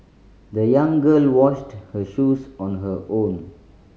the young girl washed her shoes on her own